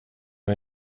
med